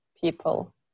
people